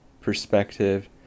perspective